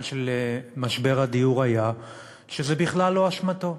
של משבר הדיור היה שזה בכלל לא אשמתו,